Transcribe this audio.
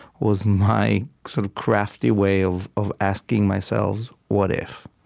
was my sort of crafty way of of asking myself what if?